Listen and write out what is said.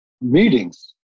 meetings